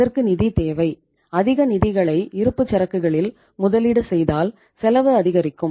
அதற்கு நிதி தேவை அதிக நிதிகளை இருப்புச்சரக்குகளில் முதலீடு செய்தால் செலவு அதிகரிக்கும்